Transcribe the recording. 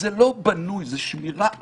זה לא בנוי, זאת שמירה אחרת,